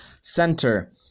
Center